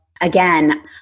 again